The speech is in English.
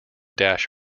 dash